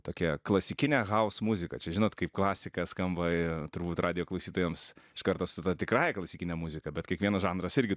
tokia klasikinė house muzika čia žinot kaip klasika skamba i turbūt radijo klausytojams iš karto su ta tikrąja klasikine muzika bet kiekvienas žanras irgi